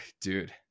dude